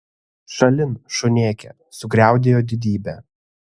šalin šunėke sugriaudėjo didybė